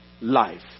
life